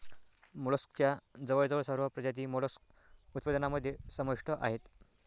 मोलस्कच्या जवळजवळ सर्व प्रजाती मोलस्क उत्पादनामध्ये समाविष्ट आहेत